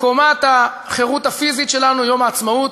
קומת החירות הפיזית שלנו, יום העצמאות,